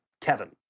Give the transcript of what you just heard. kevin